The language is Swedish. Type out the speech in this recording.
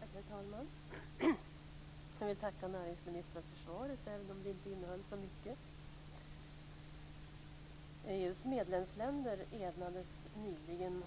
Herr talman! Jag vill tacka näringsminister för svaret, även om det inte innehöll så mycket. EU:s medlemsländer enades nyligen